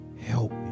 help